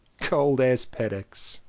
cold as paddocks